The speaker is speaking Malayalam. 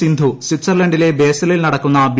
സിന്ധു സ്വിറ്റ്സർലന്റിലെ ബേസലിൽ നടക്കുന്ന ബി